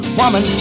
woman